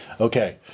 Okay